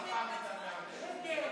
נגד מצביע נגד העדה הדרוזית.